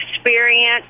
experience